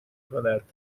کند